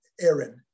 Aaron